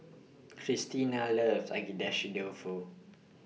Christina loves Agedashi Dofu